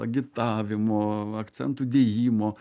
agitavimo akcentų dėjimo